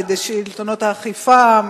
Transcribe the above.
על-ידי שלטונות האכיפה,